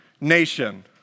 nation